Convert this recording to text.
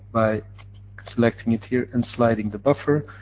by selecting it here and sliding the buffer